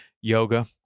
yoga